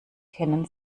kennen